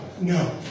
No